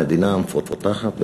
המדינה המפותחת,